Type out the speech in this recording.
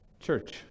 Church